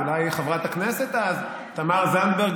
חברת הכנסת אז תמר זנדברג,